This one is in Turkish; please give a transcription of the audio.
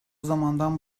zamandan